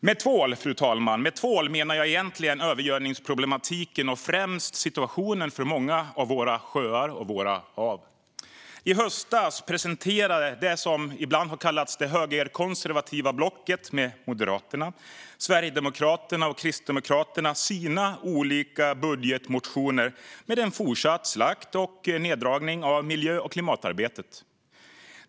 Med tvål, fru talman, menar jag egentligen övergödningsproblematiken och främst situationen för många av våra sjöar och hav. I höstas presenterade det som ibland har kallats det högerkonservativa blocket med Moderaterna, Sverigedemokraterna och Kristdemokraterna sina olika budgetmotioner med en fortsatt slakt och neddragning av miljö och klimatarbetet.